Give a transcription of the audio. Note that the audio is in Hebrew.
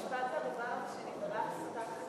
משפט זה הדבר הזה שנגרס תחת,